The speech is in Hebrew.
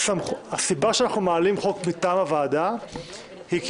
הסיבה שאנחנו מעלים חוק מטעם הוועדה היא כי